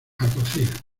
alguacil